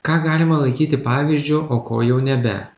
ką galima laikyti pavyzdžiu o ko jau nebe